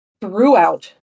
throughout